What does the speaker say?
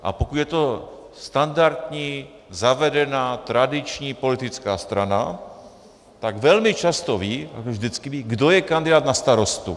A pokud je to standardní, zavedená, tradiční politická strana, tak velmi často vědí, vždycky vědí, kdo je kandidát na starostu.